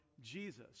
Jesus